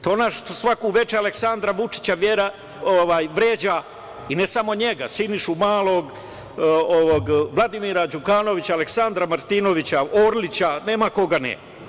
To je ona što svako veče Aleksandra Vučića vređa i ne samo njega, Sinišu Malog, Vladimira Đukanovića, Aleksandra Martinovića, Orlića, nema koga ne.